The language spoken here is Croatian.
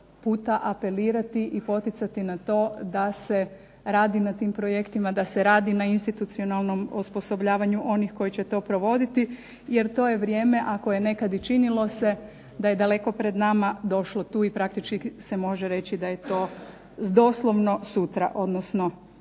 puta apelirati i poticati na to da se radi na tim projektima, da se radi na institucionalnom osposobljavanju onih koji će to provoditi, jer to je vrijeme ako je nekad i činilo se da je daleko pred nama došlo tu i praktički se može reći da je to doslovno sutra, odnosno